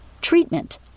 Treatment